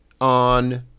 on